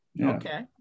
Okay